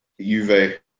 Juve